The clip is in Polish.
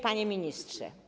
Panie Ministrze!